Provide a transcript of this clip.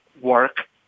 work